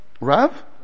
Rav